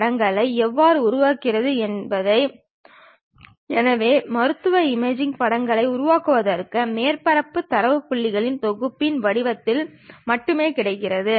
சற்றே சாய்ந்திருக்கும் ஒரு பொருளை நாம் பார்த்தால் அது நம் கண்களில் எப்படி உணர்கிறதோ அதை போன்ற ஒத்த வரைபடத்தை பெற நாம் முன்னோக்கு முழு உளக்காட்சி வரைபடத்துடன் செல்கிறோம்